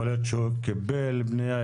יכול להיות שהוא קיבל פנייה,